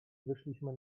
wyszliśmy